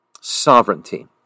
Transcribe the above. sovereignty